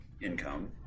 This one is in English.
income